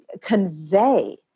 convey